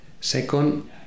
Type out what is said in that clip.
Second